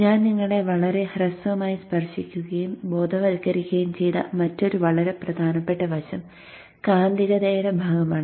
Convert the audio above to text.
ഞാൻ നിങ്ങളെ വളരെ ഹ്രസ്വമായി സ്പർശിക്കുകയും ബോധവൽക്കരിക്കുകയും ചെയ്ത മറ്റൊരു വളരെ പ്രധാനപ്പെട്ട വശം കാന്തികതയുടെ ഭാഗമാണ്